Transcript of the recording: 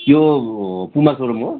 यो Puma showroom हो